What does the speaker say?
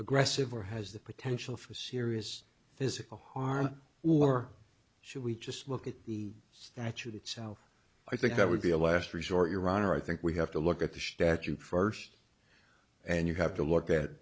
aggressive or has the potential for serious physical harm or should we just look at the statute itself i think that would be a last resort your honor i think we have to look at the statute first and you have to look